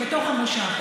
בתוך המושב?